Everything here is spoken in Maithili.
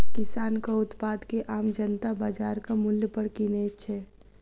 किसानक उत्पाद के आम जनता बाजारक मूल्य पर किनैत छै